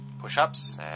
Push-ups